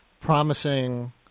promising